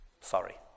sorry